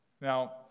Now